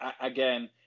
again